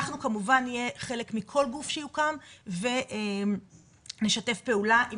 אנחנו כמובן נהיה חלק מכל גוף שיוקם ונשתף פעולה עם כל גוף.